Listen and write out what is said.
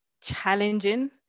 challenging